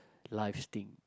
life's thing